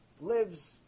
lives